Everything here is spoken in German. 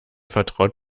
vertraut